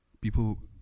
people